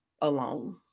alone